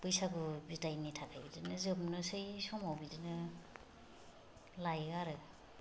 बैसागु बिदायनि थाखाय बिदिनो जोबनोसै समाव बिदिनो लायो आरो